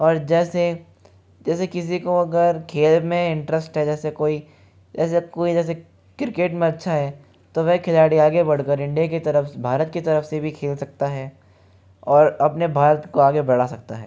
और जैसे जैसे किसी को अगर खेल में इंटरेस्ट है जैसे कोई जैसे कोई जैसे क्रिकेट में अच्छा है तो वह खिलाड़ी आगे बढ़कर इंडिया की तरफ़ भारत की तरफ़ से भी खेल सकता है और अपने भारत को आगे बढ़ा सकता है